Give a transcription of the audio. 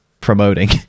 promoting